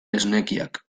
esnekiak